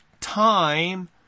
time